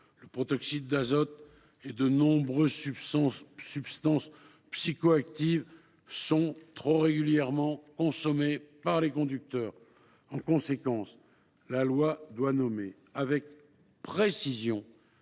le protoxyde d’azote et de nombreuses substances psychoactives sont trop régulièrement consommés par des conducteurs. En conséquence, la loi doit nommer avec précision